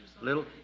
little